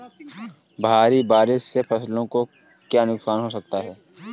भारी बारिश से फसलों को क्या नुकसान हो सकता है?